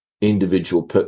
individual